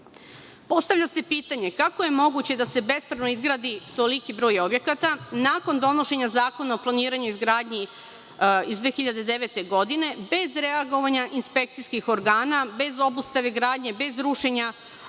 Postavlja se pitanje – kako je moguće da se bespravno izgradi toliki broj objekata, nakon donošenja Zakona o planiranju i izgradnji iz 2009. godine, bez reagovanja inspekcijskih organa, bez obustave gradnje, bez rušenja započetih